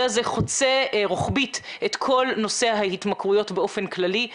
הזה חוצה רוחבית את כל נושא ההתמכרויות באופן כללי.